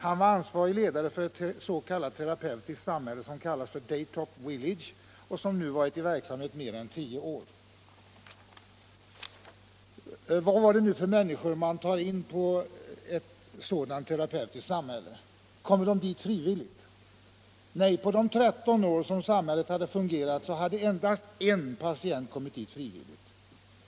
Han var ansvarig ledare för ett s.k. terapeutiskt samhälle som kallades Daytop Village och som varit i verksamhet i mer än tio år. Vad är det nu för människor man tar in i ett sådant terapeutiskt sam 3 hälle? Kommer de dit frivilligt? Nej, på de 13 år som samhället har fungerat har endast en patient kommit dit frivilligt.